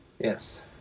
Yes